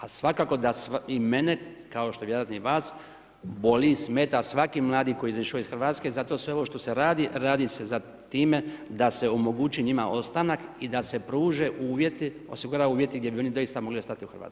A svakako da i mene, kao što vjerojatno i vas, boli, smeta, svaki mladi koji je izašao iz Hrvatske, zato sve ovo što se radi, radi se sa time da se omogući njima ostanak i da se pruže uvjeti, osigurava uvjeti gdje bi oni doista mogli ostati u Hrvatskoj.